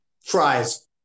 Fries